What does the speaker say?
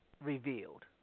revealed